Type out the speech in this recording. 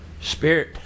spirit